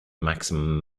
maximum